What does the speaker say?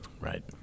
Right